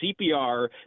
CPR